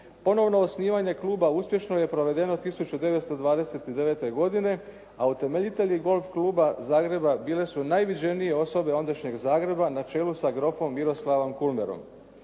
Ponovno osnivanje kluba uspješno je provedeno 1929.odine a utemeljitelji Golf kluba Zagreba bile su najviđenije osobe ondašnjeg Zagreba na čelu sa grofom Miroslavom Kulmerom.